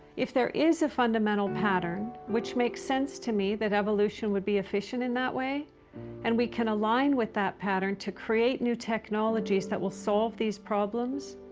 if there is a fundamental pattern which makes sense to me, that evolution would be efficient in that way and we can align with that pattern to create new technologies, that would solve these problems,